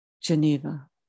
Geneva